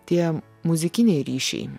tie muzikiniai ryšiai